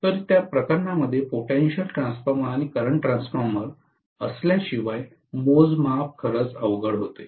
तर त्या प्रकरणांमध्ये पोटेंशियल ट्रान्सफॉर्मर आणि करंट ट्रान्सफॉर्मर असल्याशिवाय मोजमाप खरोखरच अवघड होते